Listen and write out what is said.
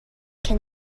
can